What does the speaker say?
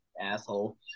Asshole